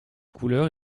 couleurs